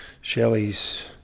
Shelley's